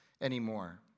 anymore